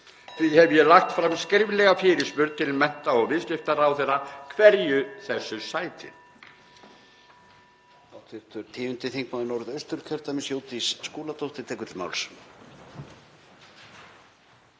Því hef ég lagt fram skriflega fyrirspurn til mennta- og viðskiptaráðherra hverju þessu sæti.